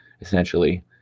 essentially